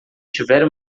tiver